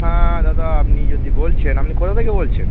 হ্যাঁ দাদা আপনি যদি বলছেন আপনি কোথা থেকে বলছেন